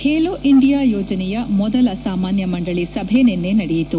Khelo India ಯೋಜನೆಯ ಮೊದಲ ಸಾಮಾನ್ಯ ಮಂಡಳಿ ಸಭೆ ನಿನ್ನೆ ನಡೆಯಿತು